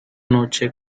noche